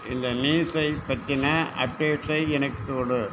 இந்த நியூஸை பற்றின அப்டேட்ஸை எனக்கு கொடு